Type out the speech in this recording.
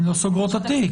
הן לא סוגרות את התיק.